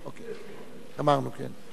גמרנו, כן?